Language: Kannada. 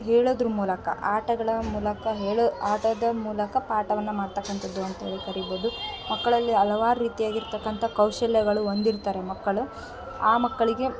ಹೇಳೋದ್ರ ಮೂಲಕ ಆಟಗಳ ಮೂಲಕ ಹೇಳೋ ಆಟದ ಮೂಲಕ ಪಾಠವನ್ನ ಮಾಡ್ತಕ್ಕಂಥದ್ದು ಅಂತ್ಹೇಳಿ ಕರಿಬೌದು ಮಕ್ಕಳಲ್ಲಿ ಹಲವಾರು ರೀತಿಯಾಗಿರ್ತಕ್ಕಂಥ ಕೌಶಲ್ಯಗಳು ಹೊಂದಿರ್ತಾರೆ ಮಕ್ಕಳು ಆ ಮಕ್ಕಳಿಗೆ